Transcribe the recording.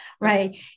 Right